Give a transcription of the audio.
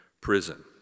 prison